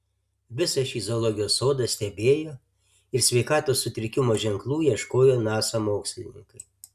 visą šį zoologijos sodą stebėjo ir sveikatos sutrikimų ženklų ieškojo nasa mokslininkai